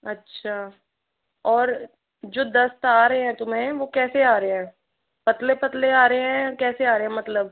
अच्छा और जो दस्त आ रहे हैं तुम्हें वो कैसे आ रहे हैं पतले पतले आ रहे हैं कैसे आ रहे हैं मतलब